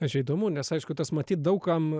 na čia įdomu nes aišku tas matyt daug kam